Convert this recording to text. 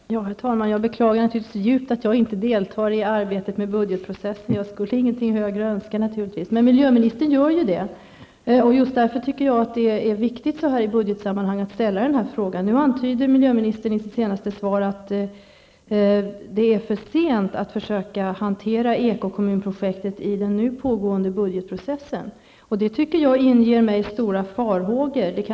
Herr talman! Jag beklagar naturligtvis djupt att jag inte deltar i arbetet med budgetprocessen. Jag skulle inget högre önska. Men miljöministern gör det, och just därför tycker jag att det är viktigt att ställa denna fråga i budgetsammanhang. Nu antyder miljöministern i sitt senaste inlägg att det är för sent att hantera ekokommunprojektet i den nu pågående budgetprocessen. Det inger mig stora farhågor.